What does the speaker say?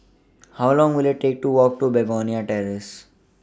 How Long Will IT Take to Walk to Begonia Terrace